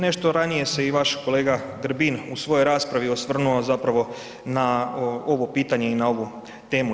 Nešto ranije se i vaš kolega Grbin u svojoj raspravi osvrnuo na ovo pitanje i na ovu temu.